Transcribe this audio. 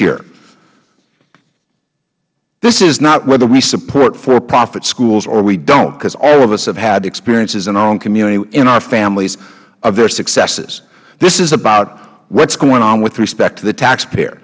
here this is not whether we support for profit schools or we don't because all of us have had experiences in our own community in our families of their successes this is about what is going on with respect to the taxpayer